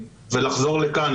ולחזור לכאן,